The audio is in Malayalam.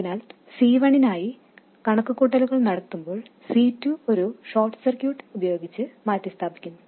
അതിനാൽ C1 നായി കണക്കുകൂട്ടലുകൾ നടത്തുമ്പോൾ C2 ഒരു ഷോർട്ട് സർക്യൂട്ട് ഉപയോഗിച്ച് മാറ്റിസ്ഥാപിക്കും